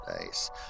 Nice